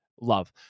love